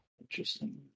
Interesting